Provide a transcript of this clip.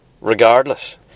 regardless